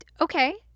Okay